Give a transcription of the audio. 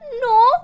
no